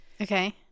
Okay